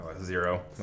Zero